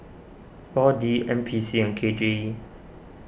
four D N P C and K J E